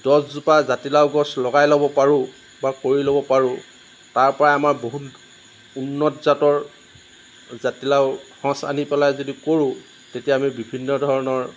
দহজোপা জাতিলাও গছ লগাই ল'ব পাৰো বা কৰি ল'ব পাৰো তাৰ পৰাই আমাৰ বহুত উন্নত জাতৰ জাতিলাওৰ সঁচ আনি পেলাই যদি কৰোঁ তেতিয়া আমি বিভিন্ন ধৰণৰ